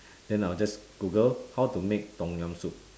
then I'll just google how to make tom-yum soup